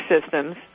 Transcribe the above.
systems